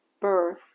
birth